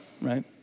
right